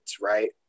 right